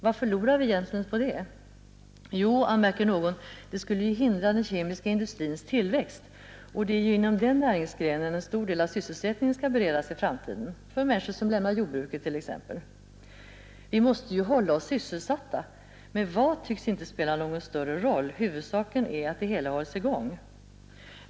Vad förlorar vi egentligen på det? Jo, anmärker någon, det skulle ju hindra den kemiska industrins tillväxt. Och det är ju inom den näringsgrenen en stor del av sysselsättningen skall beredas i framtiden, För människor som lämnar jordbruket, t.ex. Vi måste ju hålla oss sysselsatta, med vad tycks inte spela någon större roll, huvudsaken är att det hela hålls i gång.